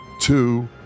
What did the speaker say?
Two